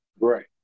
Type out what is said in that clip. Right